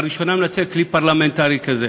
ואני לראשונה מנצל כלי פרלמנטרי זה,